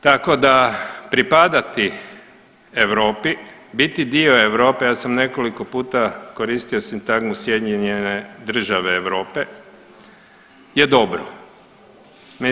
Tako da pripadati Europi, biti dio Europe, ja sam nekoliko puta koristio sintagmu sjedinjene države Europe je dobro.